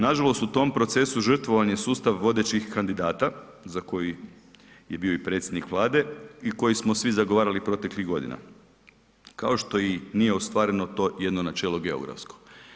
Nažalost u tom procesu žrtvovan je sustav vodećih kandidata za koji je bio i predsjednik Vlade i koji smo svi zagovarali proteklih godina, kao što i nije ostvareno to jedno načelo geografsko.